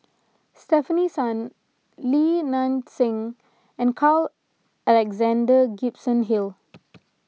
Stefanie Sun Li Nanxing and Carl Alexander Gibson Hill